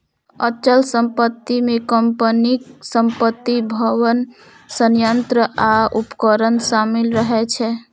अचल संपत्ति मे कंपनीक संपत्ति, भवन, संयंत्र आ उपकरण शामिल रहै छै